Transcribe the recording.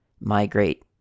Migrate